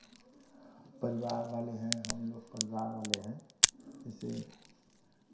परिवार वाले हैं हमलोग परिवार वाले हैं जैसे